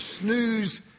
snooze